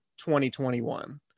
2021